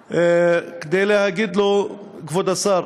כאן כדי להגיד לו: כבוד השר,